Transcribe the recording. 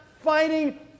fighting